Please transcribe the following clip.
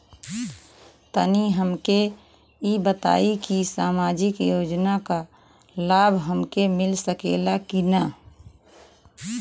तनि हमके इ बताईं की सामाजिक योजना क लाभ हमके मिल सकेला की ना?